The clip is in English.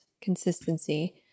consistency